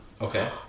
Okay